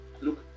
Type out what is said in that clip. look